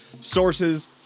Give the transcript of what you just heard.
sources